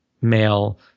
male